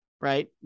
right